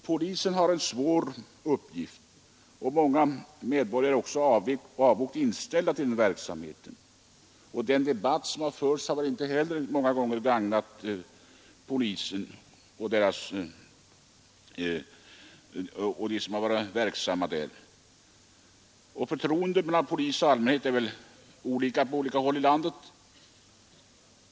Polisen har en svår uppgift, och många medborgare är avogt inställda till dess verksamhet. Den debatt som förts om polisen har inte heller alltid gagnat dess arbete. Förtroendet mellan polis och allmänhet är olika på olika håll i landet.